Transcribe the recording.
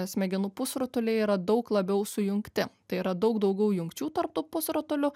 smegenų pusrutuliai yra daug labiau sujungti tai yra daug daugiau jungčių tarp tų pusrutulių